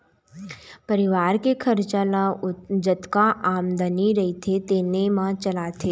परिवार के खरचा ल जतका आमदनी रहिथे तेने म चलाथे